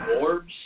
orbs